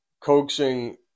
coaxing